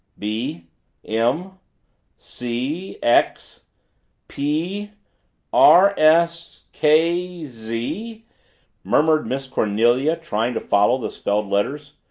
b m c x p r s k z murmured miss cornelia trying to follow the spelled letters.